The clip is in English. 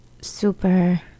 super